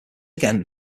again